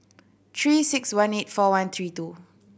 Three Six One eight four one three two